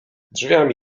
drzwiami